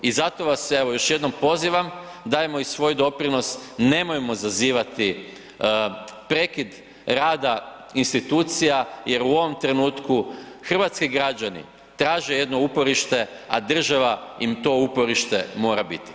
I zato vas sve evo još jednom pozivam, dajmo i svoj doprinos, nemojmo zazivati prekid rada institucija jer u ovom trenutku hrvatski građani traže jedno uporište, a država im to uporište mora biti.